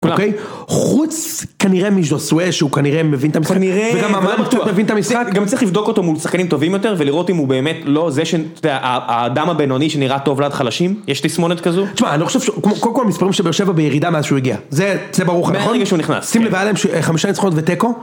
אוקיי? חוץ כנראה מז'וסוואה שהוא כנראה מבין את המשחק כנראה, אבל לא בטוח. מבין את המשחק גם צריך לבדוק אותו מול שחקנים טובים יותר ולראות אם הוא באמת לא זה שהאדם הבינוני שנראה טוב ליד חלשים. יש תסמונת כזו. תשמע אני לא חושב שהוא, קודם כל המספרים של באר שבע בירידה מאז שהוא הגיע, זה ברור לך, נכון? מהרגע שהוא נכנס. שים לב, היה להם חמישה נצחונות ותיקו